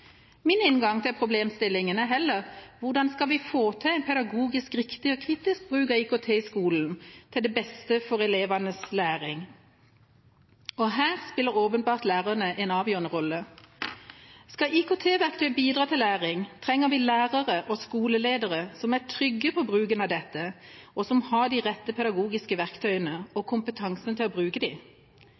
Min inngang til problemstillingen er heller hvordan vi skal få til pedagogisk riktig og kritisk bruk av IKT i skolen til det beste for elevenes læring. Her spiller åpenbart lærerne en avgjørende rolle. Skal IKT-verktøy bidra til læring, trenger vi lærere og skoleledere som er trygge på bruken av dette, og som har de rette pedagogiske verktøyene og kompetansen til å bruke dem. Da må lærerutdanningen gi lærerstudentene både verktøyene og ferdighetene de